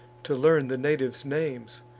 to learn the natives' names,